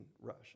rush